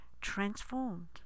transformed